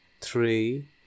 three